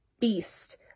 beast